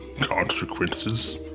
Consequences